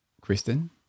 Kristen